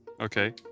Okay